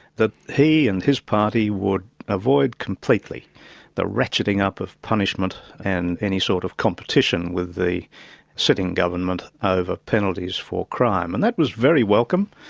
that he and his party would avoid completely the ratcheting up of punishment and any sort of competition with the sitting government over ah penalties for crime. and that was very welcome.